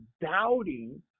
doubting